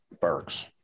Burks